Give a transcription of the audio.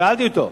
שאלתי אותו.